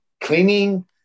Cleaning